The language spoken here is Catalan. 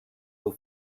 del